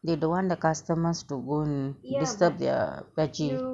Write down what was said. they don't want the customers to go and disturb their veggie